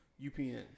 UPN